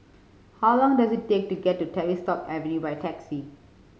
how long does it take to get to Tavistock Avenue by taxi